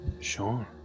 Sure